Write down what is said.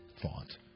thought